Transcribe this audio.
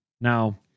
Now